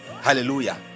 hallelujah